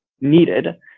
needed